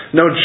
no